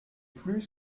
plus